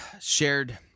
shared